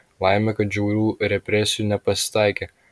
laimė kad žiaurių represijų nepasitaikė